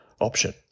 option